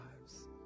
lives